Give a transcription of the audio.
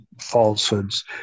falsehoods